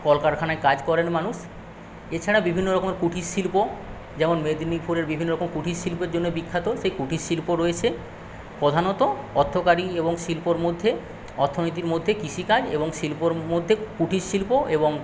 কলকারখানায় কাজ করেন মানুষ এছাড়া বিভিন্ন রকমের কুটিরশিল্প যেমন মেদিনীপুরের বিভিন্নরকম কুটিরশিল্পের জন্য বিখ্যাত সেই কুটিরশিল্প রয়েছে প্রধানত অর্থকারী এবং শিল্পর মধ্যে অর্থনীতির মধ্যে কৃষিকাজ শিল্পর মধ্যে কুটিরশিল্প এবং